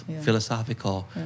philosophical